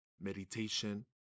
meditation